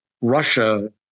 Russia